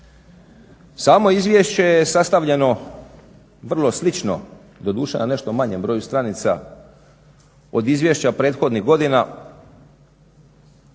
Samo izvješće je sastavljeno vrlo slično, doduše na nešto manjem broju stranica od izvješća prethodnih godina.